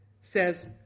says